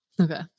Okay